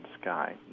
sky